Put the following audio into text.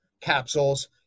capsules